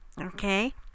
okay